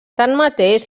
tanmateix